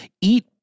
eat